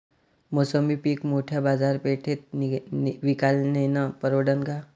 मोसंबी पीक मोठ्या बाजारपेठेत विकाले नेनं परवडन का?